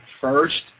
first